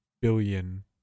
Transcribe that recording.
billion